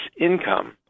income